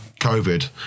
COVID